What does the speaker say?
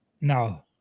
No